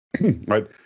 right